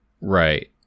Right